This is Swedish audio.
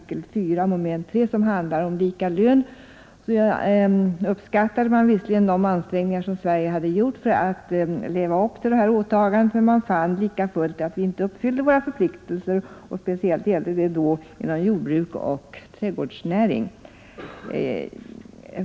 4 § 3 som handlar om lika lön, uppskattade man visserligen de ansträngningar Sverige hade gjort för att leva upp till detta åtagande, men man fann lika fullt att vi inte uppfyllde våra förpliktelser inom speciellt jordbruk och trädgårdsnäring.